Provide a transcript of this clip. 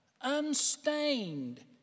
unstained